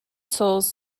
souls